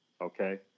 okay